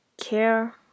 care